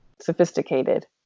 sophisticated